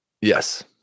Yes